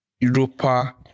Europa